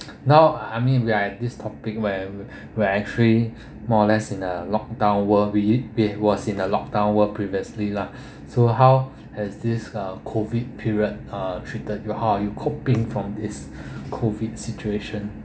now I mean we are in this topic where we're actually more or less in the lockdown world we we was in the lockdown world previously lah so how has this uh COVID period are treated how are you coping from this COVID situation